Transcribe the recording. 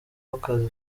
w’akazi